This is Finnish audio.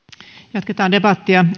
jatketaan debattia